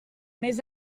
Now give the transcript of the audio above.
més